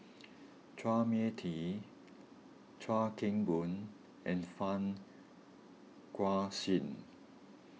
Chua Mia Tee Chuan Keng Boon and Fang Guixiang